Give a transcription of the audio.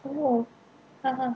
oh uh uh